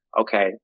okay